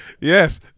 yes